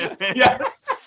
Yes